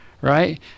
right